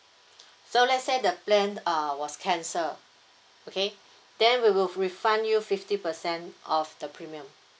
so let's say the plan uh was cancelled okay then we will refund you fifty percent of the premium